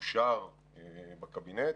שאושר בקבינט,